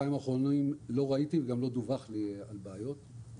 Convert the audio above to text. בחודשיים האחרונים לא ראיתי וגם לא דווח לי על בעיות.